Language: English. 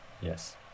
Yes